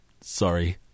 Sorry